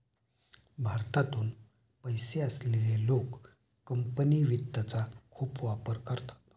भारतातून पैसे असलेले लोक कंपनी वित्तचा खूप वापर करतात